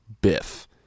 biff